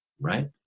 right